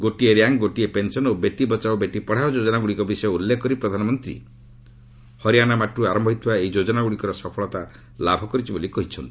ଗୋଟିଏ ର୍ୟାଙ୍କ୍ ଗୋଟିଏ ପେନ୍ସନ୍ ଓ ବେଟି ବଚାଓ ବେଟି ପଢ଼ାଓ ଯୋଜନାଗୁଡ଼ିକ ବିଷୟରେ ଉଲ୍ଲେଖ କରି ପ୍ରଧାନମନ୍ତ୍ରୀ ହରିଆନା ମାଟିରୁ ଆରମ୍ଭ ହୋଇଥିବା ଯୋଜନାଗୁଡ଼ିକ ସଫଳତା ଲାଭ କରିଛି ବୋଲି କହିଛନ୍ତି